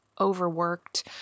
overworked